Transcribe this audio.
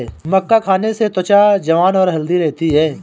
मक्का खाने से त्वचा जवान और हैल्दी रहती है